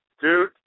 Dude